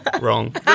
wrong